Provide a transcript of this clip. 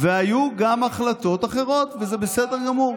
והיו גם החלטות אחרות, וזה בסדר גמור.